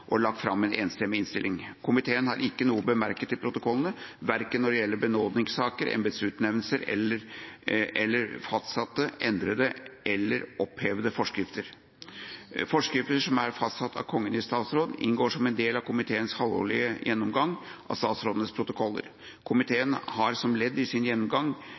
og lagt fram en enstemmig innstilling. Komiteen har ikke noe å bemerke til protokollene, verken når det gjelder benådningssaker, embetsutnevnelser eller fastsatte, endrede eller opphevede forskrifter. Forskrifter som er fastsatt av Kongen i statsråd, inngår som en del av komiteens halvårlige gjennomgang av statsrådets protokoller. Komiteen har som ledd i sin gjennomgang